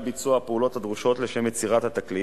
ביצוע הפעולות הדרושות לשם יצירת התקליט,